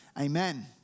amen